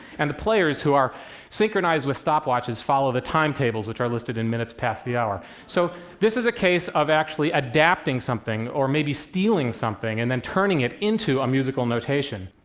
and the players, who are synchronized with stopwatches, follow the timetables, which are listed in minutes past the hour. so this is a case of actually adapting something, or maybe stealing something, and then turning it into a musical notation.